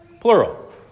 plural